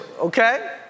okay